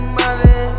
money